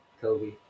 Kobe